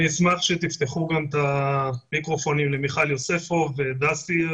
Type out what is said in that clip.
אני אשמח שתפתחו את המיקרופונים גם למיכל יוספוב ולדסי צנגן,